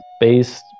based